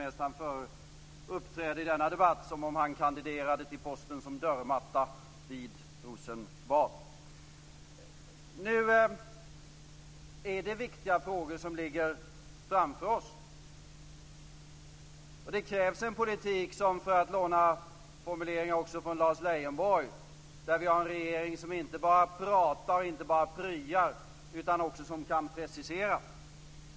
Jag tycker att han i denna debatt mest uppträder som om han kandiderade till posten som dörrmatta i Rosenbad. Nu är det viktiga frågor som ligger framför oss. Det krävs en regering som, för att låna formuleringar också från Lars Leijonborg, inte bara pratar och inte bara pryar utan som också kan precisera.